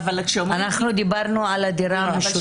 אנחנו דיברנו על הדירה המשותפת.